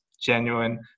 genuine